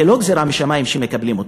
זה לא גזירה משמים שמקבלים אותה.